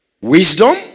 Wisdom